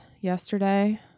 yesterday